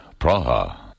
Praha